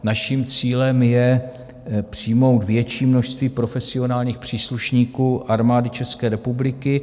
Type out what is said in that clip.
Naším cílem je přijmout větší množství profesionálních příslušníků Armády České republiky.